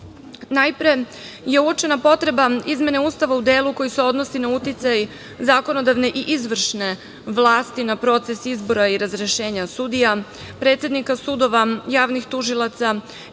je uočena potreba izmene Ustava u delu koji se odnosi na uticaj zakonodavne i izvršne vlasti na proces izbora i razrešenja sudija, predsednika sudova, javnih tužilaca,